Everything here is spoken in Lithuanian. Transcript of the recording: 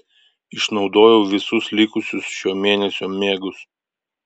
išnaudojau visus likusius šio mėnesio megus